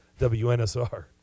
WNSR